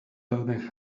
dauden